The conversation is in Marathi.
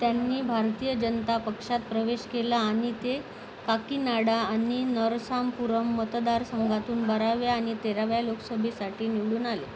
त्यांनी भारतीय जनता पक्षात प्रवेश केला आणि ते काकीनाडा आणि नरसांपुरम मतदारसंघातून बाराव्या आणि तेराव्या लोकसभेसाठी निवडून आले